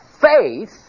Faith